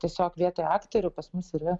tiesiog vietoj aktorių pas mus yra